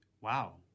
Wow